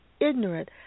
ignorant